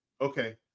Okay